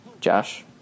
Josh